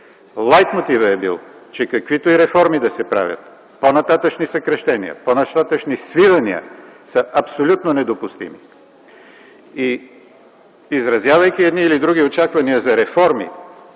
лайт мотивът е бил, че каквито и реформи да се правят, по-нататъшни съкращения, по-нататъшни свивания са абсолютно не допустими. И изразявайки едни или други очаквания за реформи,